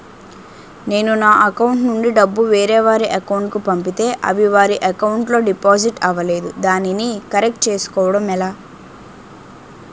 నేను నా అకౌంట్ నుండి డబ్బు వేరే వారి అకౌంట్ కు పంపితే అవి వారి అకౌంట్ లొ డిపాజిట్ అవలేదు దానిని కరెక్ట్ చేసుకోవడం ఎలా?